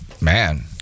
Man